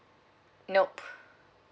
nope